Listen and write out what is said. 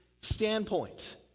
standpoint